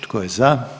Tko je za?